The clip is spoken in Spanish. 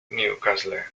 newcastle